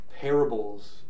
parables